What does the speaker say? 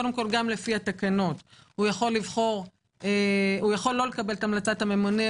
גם לפי התקנות הוא יכול לא לקבל את המלצת הממונה,